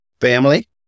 Family